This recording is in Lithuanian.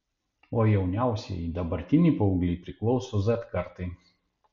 o jauniausieji dabartiniai paaugliai priklauso z kartai